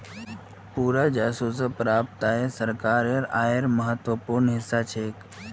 भू राजस्व स प्राप्त आय सरकारेर आयेर महत्वपूर्ण हिस्सा छेक